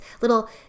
little